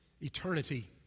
eternity